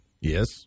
Yes